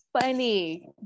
funny